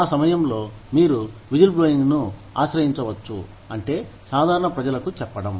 ఆ సమయంలో మీరు విజిల్బ్లోయింగ్ను ఆశ్రయించవచ్చు అంటే సాధారణ ప్రజలకు చెప్పడం